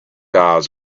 eyes